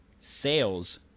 sales